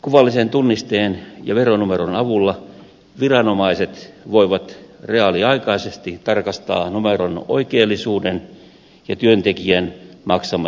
kuvallisen tunnisteen ja veronumeron avulla viranomaiset voivat reaaliaikaisesti tarkastaa numeron oikeellisuuden ja työntekijän maksamat maksut